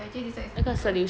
oh actually this side is bigger